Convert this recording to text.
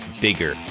bigger